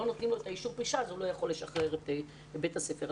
לא נותנים לו אישור פרישה והוא לא יכול לשחרר את בית הספר.